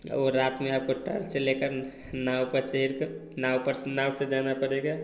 और रात में आपको टोर्च लेकर नाव पर चढ़कर नाव पर से नाव से जाना पड़ेगा